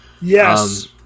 Yes